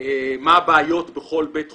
מה הבעיות בכל בית חולים.